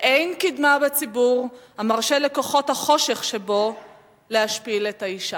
ואין קידמה בציבור המרשה לכוחות החושך שבו להשפיל את האשה.